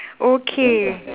okay